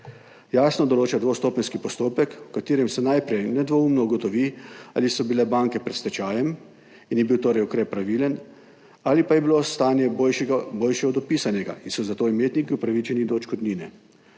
Jasno določa dvostopenjski postopek, v katerem se najprej nedvoumno ugotovi, ali so bile banke pred stečajem in je bil torej ukrep pravilen, ali pa je bilo stanje boljše od opisanega in so zato imetniki upravičeni do odškodnine.